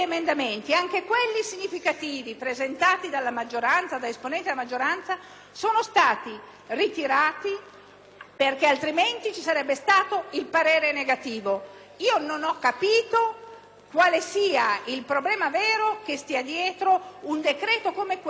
altrimenti ci sarebbe stato il parere negativo. Non ho capito quale sia il problema vero che stia dietro un decreto come questo, su cui avremmo potuto lavorare seriamente in Commissione e probabilmente produrre